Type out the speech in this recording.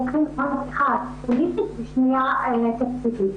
הן בצד הפוליטי והן בצד התקציבי.